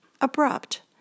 abrupt